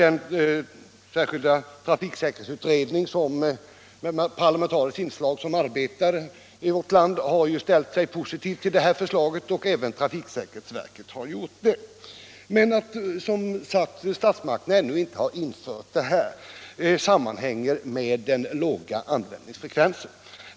Den särskilda trafiksäkerhetsutredning med parlamentariskt inslag som arbetar i vårt land har jämte trafiksäkerhetsverket ställt sig positiv till förslaget om obligatorisk användning av hjälm. Att statsmakterna inte har genomfört förslaget sammanhänger med den låga användningsfrekvensen.